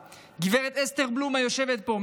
גב' אסתר בלומה יושבת פה,